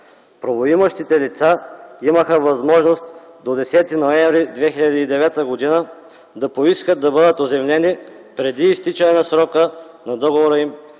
правоимащите лица имаха възможност до 10 ноември 2009 г. да поискат да бъдат оземлени преди изтичане на срока на договора им